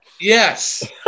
Yes